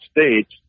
States